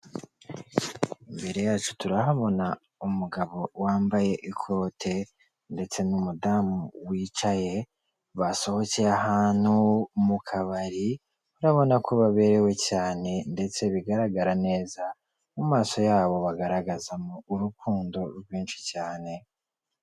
Imbere yacu turahabona umugabo wambaye ikote ndetse n'umudamu wicaye basohokeye ahantu mu kabari, urabona ko baberewe cyane ndetse bigaragara neza mu maso yabo bagaragazamo urukundo rwinshi cyane.